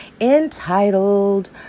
entitled